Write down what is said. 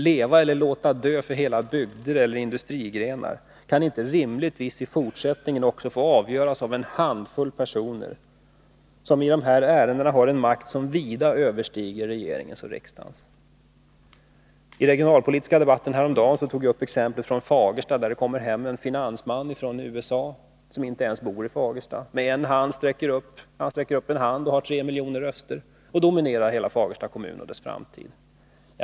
Leva eller låta dö för hela bygder eller industrigrenar kan inte rimligtvis också i fortsättningen få avgöras av en handfull personer, som i de här ärendena har en makt som vida överstiger regeringens och riksdagens. I den regionalpolitiska debatten häromdagen anförde jag exemplet Fagersta: Det kommer hem en finansman från USA — han bor inte ens i Fagersta — och sträcker upp en hand och har tre miljoner röster. Han dominerar därmed hela Fagersta kommun och dess framtid.